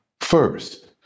first